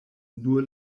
nur